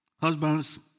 Husbands